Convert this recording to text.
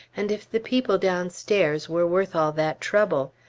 and if the people downstairs were worth all that trouble.